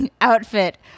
outfit